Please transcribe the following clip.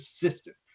persistent